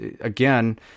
again